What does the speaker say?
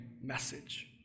message